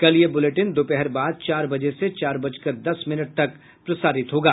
कल यह बुलेटिन दोपहर बाद चार बजे से चार बजकर दस मिनट तक प्रसारित होगा